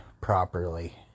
properly